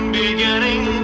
beginning